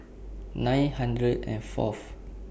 nine hundred and Fourth